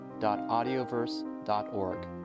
audioverse.org